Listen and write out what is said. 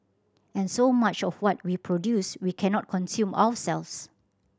and so much of what we produce we cannot consume ourselves